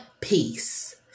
peace